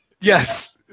Yes